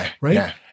Right